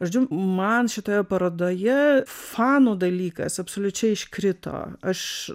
žodžiu man šitoje parodoje fanų dalykas absoliučiai iškrito aš